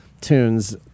tunes